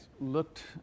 looked